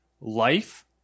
life